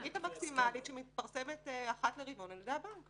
הריבית המקסימלית שמתפרסמת אחת לרבעון על ידי הבנק.